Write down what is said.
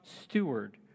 steward